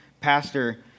pastor